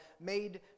Made